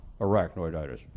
arachnoiditis